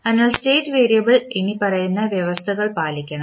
അതിനാൽ state variable ഇനിപ്പറയുന്ന വ്യവസ്ഥകൾ പാലിക്കണം